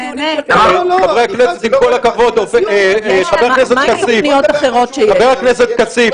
חברי הכנסת, עם כל הכבוד, חבר הכנסת כסיף.